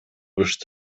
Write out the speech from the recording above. wischt